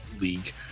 league